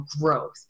growth